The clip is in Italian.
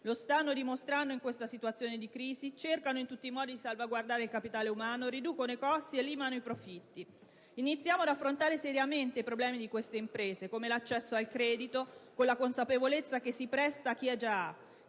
Lo stanno dimostrano in questa situazione di crisi: cercano in tutti i modi di salvaguardare il capitale umano, riducono i costi e limano i profitti. Iniziamo ad affrontare seriamente i problemi di queste imprese, come l'accesso al credito, con la consapevolezza che si presta a chi già